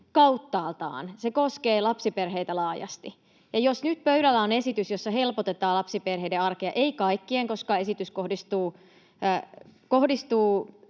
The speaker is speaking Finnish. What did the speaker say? kauttaaltaan. Se koskee lapsiperheitä laajasti. Jos nyt pöydällä on esitys, jossa helpotetaan lapsiperheiden arkea — ei kaikkien, koska esitys kohdistuu